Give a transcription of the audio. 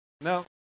no